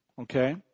okay